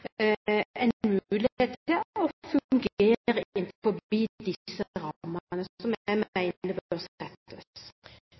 en mulighet til å fungere innenfor disse rammene, som jeg